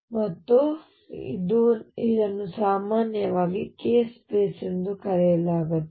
ಮತ್ತು ಇದನ್ನು ಸಾಮಾನ್ಯವಾಗಿ k ಸ್ಪೇಸ್ ಎಂದು ಕರೆಯಲಾಗುತ್ತದೆ